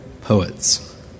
poets